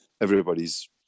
everybody's